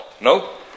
no